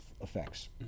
effects